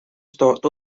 stocked